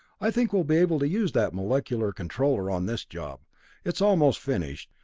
i think we'll be able to use that molecular controller on this job it's almost finished,